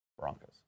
Broncos